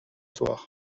soir